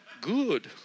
good